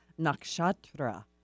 Nakshatra